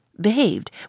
behaved